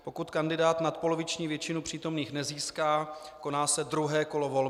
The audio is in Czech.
Pokud kandidát nadpoloviční většinu přítomných nezíská, koná se druhé kolo volby.